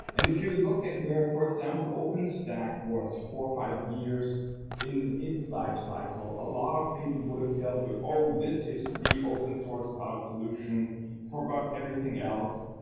and if you look at where, for example, open stack was four, five years in its lifecycle, a lot of people would've told you, oh! this is the open source cloud solution for ah everything else.